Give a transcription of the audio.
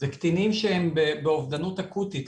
זה קטינים שהם באובדנות אקוטית,